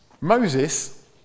Moses